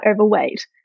overweight